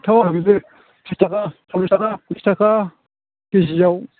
फान्थाव आरिबो थ्रिस थाखा सल्लिस थाखा बिस थाखा केजियाव